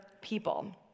people